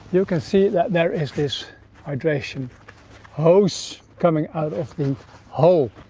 you can see that there is this hydration hose coming out of the hole.